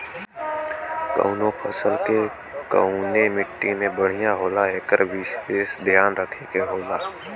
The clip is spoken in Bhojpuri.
कउनो फसल के कउने मट्टी में बढ़िया होला एकर विसेस धियान रखे के होला